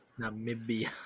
Namibia